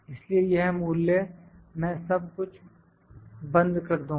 इसलिए यह मूल्य मैं सब कुछ बंद कर दूँगा